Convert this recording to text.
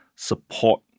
support